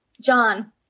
John